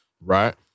right